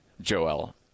Joel